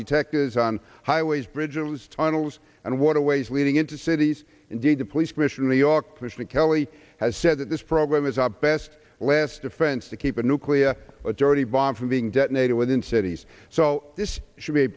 detectors on highways bridges tunnels and waterways leading into cities indeed the police commissioner new york mission kelli has said that this program is our best last defense to keep nuclear a dirty bomb from being detonated within cities so this should be